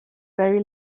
very